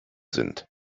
sind